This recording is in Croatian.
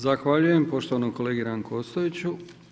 Zahvaljujem poštovanom kolegi Ranku Ostojiću.